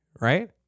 right